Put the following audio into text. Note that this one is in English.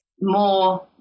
more